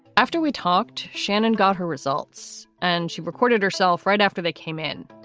after we talked, shannon got her results and she recorded herself right after they came in.